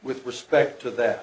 with respect to that